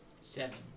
Seven